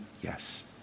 Yes